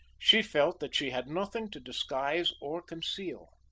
she felt that she had nothing to disguise or conceal.